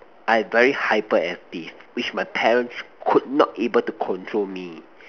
I very hyperactive which my parents could not able to control me